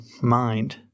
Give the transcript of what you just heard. mind